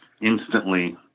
instantly